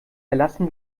erlassen